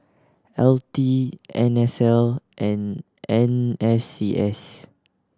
L T N S L and N S C S